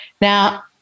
Now